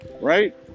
right